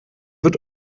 wird